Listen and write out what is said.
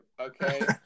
Okay